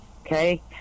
okay